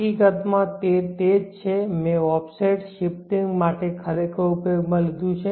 હકીકતમાં તે જ છે જે મેં ઓફસેટ શિફ્ટિંગ માટે ખરેખર ઉપયોગમાં લીધું છે